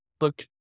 look